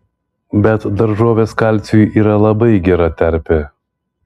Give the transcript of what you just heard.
bet daržovės kalciui yra labai gera terpė